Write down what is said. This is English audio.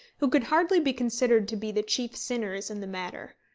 who could hardly be considered to be the chief sinners in the matter.